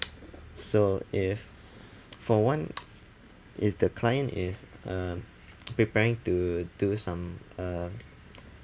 so if for one is the client is uh preparing to do some uh